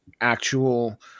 actual